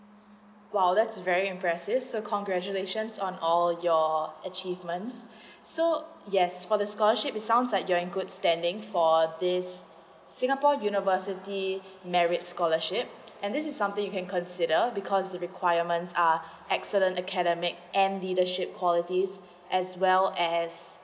!wow! that's very impressive so congratulations on all your achievements so yes for the scholarship is sounds like you're in good standing for this singapore university merit scholarship and this is something you can consider because the requirements are excellent academic and leadership qualities as well as